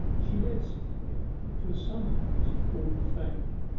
she led cytherea to a summer-house called the fane,